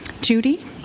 Judy